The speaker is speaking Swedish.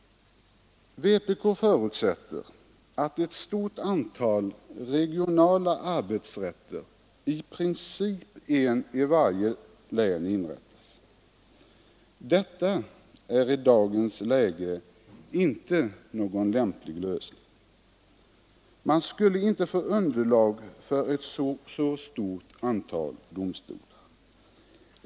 Vpk förutsätter att ett stort antal regionala arbetsrätter, i princip en i varje län, inrättas. Detta är i dagens läge inte någon lämplig lösning. Det skulle inte finnas underlag för ett så stort antal domstolar.